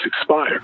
expire